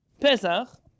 Pesach